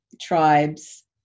tribes